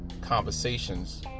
conversations